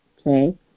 okay